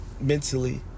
mentally